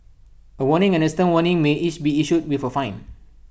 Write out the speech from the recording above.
A warning and A stern warning may each be issued with A fine